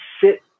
sit